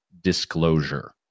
disclosure